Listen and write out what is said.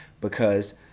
because-